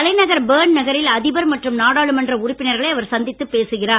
தலைநகர் பெர்ன் நகரில் அதிபர் மற்றும் நாடாளுமன்ற உறுப்பினர்களை அவர் சந்தித்துப் பேசுகிறார்